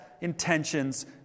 intentions